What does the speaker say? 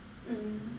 mm